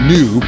New